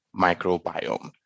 microbiome